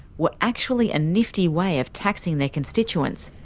were actually a nifty way of taxing their constituents,